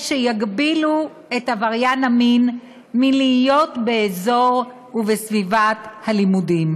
שיגבילו את עבריין המין מלהיות באזור הלימודים ובסביבתם.